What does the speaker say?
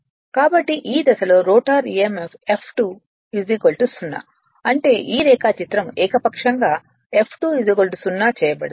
కాబట్టి ఈ దశలో రోటర్ emf F2 0 అంటే ఈ రేఖాచిత్రం ఏకపక్షంగా F2 0 చేయబడింది